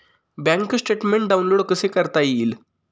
Bank statement download कसे करता येईल?